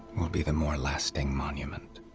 will be the more lasting monument